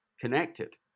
connected